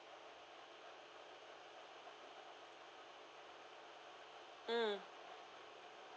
mm